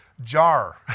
jar